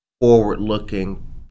Forward-looking